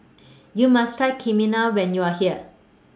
YOU must Try Kheema when YOU Are here